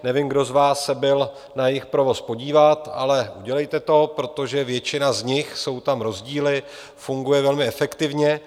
Nevím, kdo z vás se byl na jejich provoz podívat, ale udělejte to, protože většina z nich jsou tam rozdíly funguje velmi efektivně.